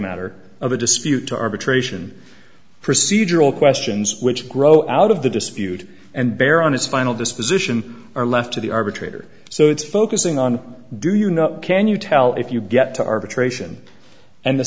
matter of a dispute to arbitration procedural questions which grow out of the dispute and bear on his final disposition are left to the arbitrator so it's focusing on do you know can you tell if you get to arbitration and the